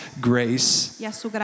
grace